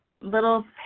little